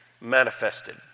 manifested